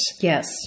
Yes